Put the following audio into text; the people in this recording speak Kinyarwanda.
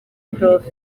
prof